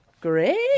Great